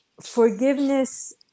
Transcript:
forgiveness